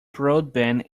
broadband